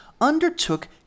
undertook